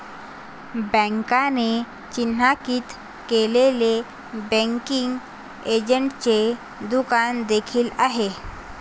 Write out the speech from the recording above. बँकेने चिन्हांकित केलेले बँकिंग एजंटचे दुकान देखील आहे